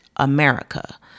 America